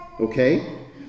Okay